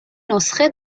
نسخه